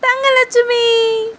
Thangalakshmi